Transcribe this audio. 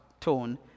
tone